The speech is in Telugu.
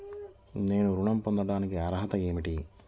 నేను ఋణం పొందటానికి అర్హత ఏమిటి?